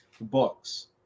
books